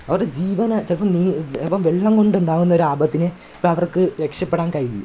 അവരുടെ ജീവൻ ചിലപ്പം നീ എവം വെള്ളം കൊണ്ടുണ്ടാവുന്ന ഒരു ആപത്തിന് ഇപ്പം അവര്ക്ക് രക്ഷപെടാൻ കഴിയും